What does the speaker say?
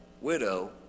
widow